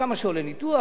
כמה שעולה ניתוח,